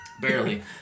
Barely